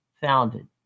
founded